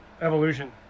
Evolution